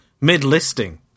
mid-listing